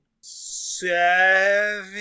Seven